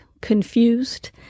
confused